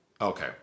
Okay